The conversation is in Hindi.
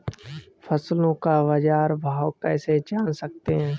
फसलों का बाज़ार भाव कैसे जान सकते हैं?